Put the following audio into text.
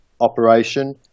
operation